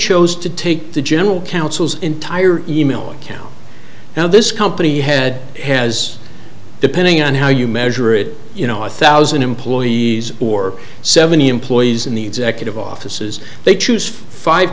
chose to take the general counsel's entire e mail account now this company head has depending on how you measure it you know a thousand employees or seventy employees in the executive offices they choose five